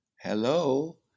Hello